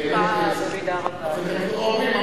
איך אומרים?